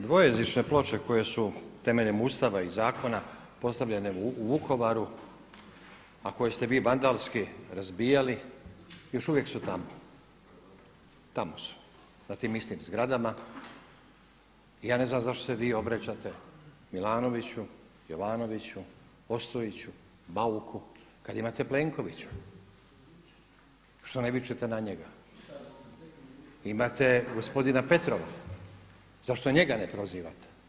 Dvojezične ploče koje su temeljem Ustava i zakona postavljene u Vukovaru a koje ste vi vandalski razbijali još uvijek su tamo, tamo su, na tim istim zgradama i ja ne znam zašto se vi obraćate Milanoviću, Jovanoviću, Ostojiću, Bauku kada imate Plenkovića, što ne vičete na njega? … [[Upadica se ne čuje.]] Imate gospodina Petrova, zašto njega ne prozivate?